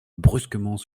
brusquement